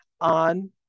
on